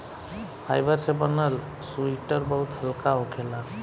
fibre से बनल sweater बहुत हल्का होखेला